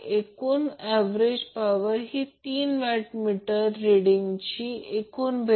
जर P2 P1 positive म्हणजे load inductive असेल